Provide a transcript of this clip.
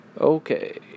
Okay